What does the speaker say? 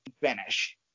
finish